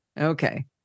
Okay